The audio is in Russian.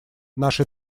наши